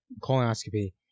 colonoscopy